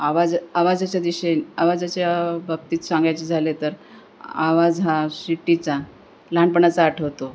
आवाज आवाजाच्या दिशे आवाजाच्या बाबतीत सांगायचे झाले तर आवाज हा शिट्टीचा लहानपणीचा आठवतो